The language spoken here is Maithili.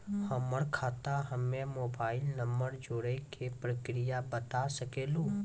हमर खाता हम्मे मोबाइल नंबर जोड़े के प्रक्रिया बता सकें लू?